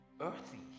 earthy